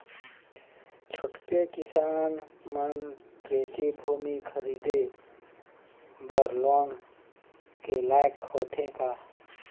छोटके किसान मन कृषि भूमि खरीदे बर लोन के लायक होथे का?